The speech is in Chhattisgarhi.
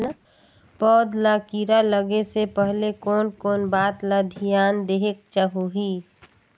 पौध ला कीरा लगे से पहले कोन कोन बात ला धियान देहेक होही?